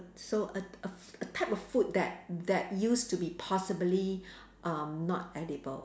so a a a type of food that that used to be possibly um not edible